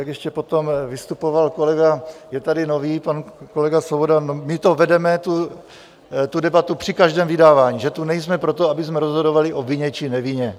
Jak ještě potom vystupoval pan kolega, je tady nový, pan kolega Svoboda: my to vedeme, tu debatu, při každém vydávání, že tu nejsme proto, abychom rozhodovali o vině či nevině.